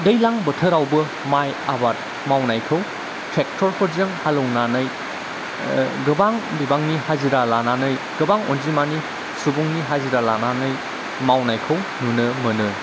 दैलां बोथोरावबो माइ आबाद मावनायखौ ट्रेक्टरफोरजों हालेवनानै गोबां बिबांनि हाजिरा लानानै गोबां अनजिमानि सुबुंनि हाजिरा लानानै मावनायखौ नुनो मोनो